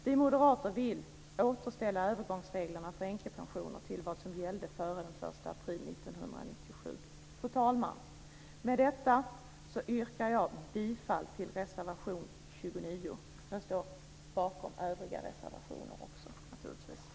Vi moderater vill återställa övergångsreglerna för änkepensionerna till det som gällde före den 1 april 1997. Fru talman! Med detta yrkar jag bifall till reservation 29. Jag står naturligtvis också bakom våra övriga reservationer.